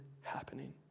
happening